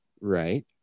Right